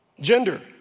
Gender